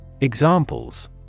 Examples